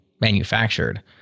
manufactured